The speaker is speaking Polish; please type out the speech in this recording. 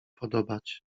podobać